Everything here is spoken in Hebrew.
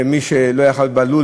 ובלול,